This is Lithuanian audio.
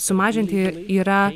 sumažinti yra